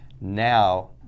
Now